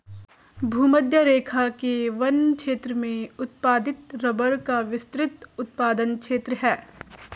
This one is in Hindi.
भूमध्यरेखा के वन क्षेत्र में उत्पादित रबर का विस्तृत उत्पादन क्षेत्र है